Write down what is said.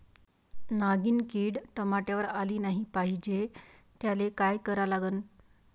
नागिन किड टमाट्यावर आली नाही पाहिजे त्याले काय करा लागन?